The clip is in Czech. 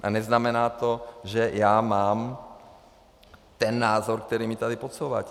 A neznamená to, že já mám ten názor, který mi tady podsouváte.